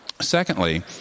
Secondly